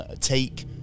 take